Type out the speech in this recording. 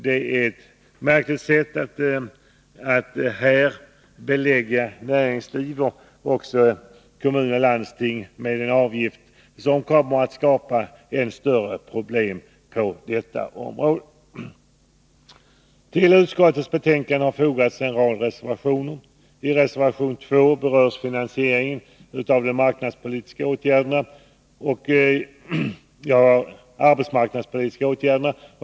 Det är ett märkligt sätt att här belägga näringsliv, kommuner och landsting med en avgift som kommer att skapa än större problem på detta område. Till utskottets betänkande har fogats en rad reservationer. I reservation 2 berörs finansieringen av arbetsmarknadspolitiska åtgärder.